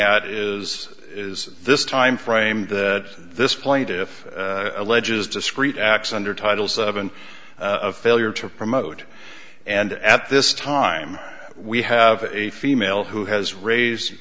at is is this timeframe that this point if alleges discrete acts under titles of an a failure to promote and at this time we have a female who has raised